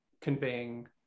conveying